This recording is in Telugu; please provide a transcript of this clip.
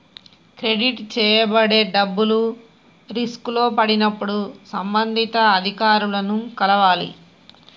క్రెడిట్ చేయబడే డబ్బులు రిస్కులో పడినప్పుడు సంబంధిత అధికారులను కలవాలి